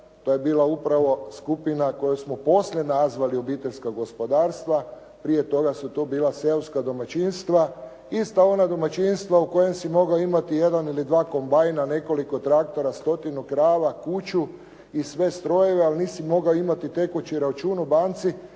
To je bila upravo skupina koju smo poslije nazvali obiteljska gospodarstva. Prije toga su to bila seoska domaćinstva, ista ona domaćinstva u kojim si mogao imati jedan ili dva kombajna, nekoliko traktora, stotinu krava, kuću i sve strojeve, ali nisi mogao imati tekući račun u banci